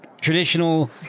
traditional